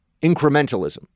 incrementalism